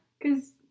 Because-